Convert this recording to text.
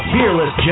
Fearless